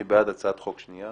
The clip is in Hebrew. מי בעד הצעת החוק השנייה?